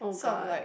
so I'm like